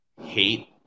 hate